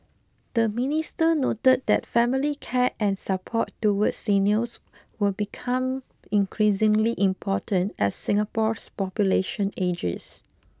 the minister noted that family care and support towards seniors will become increasingly important as Singapore's population ages